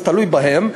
זה תלוי בהם.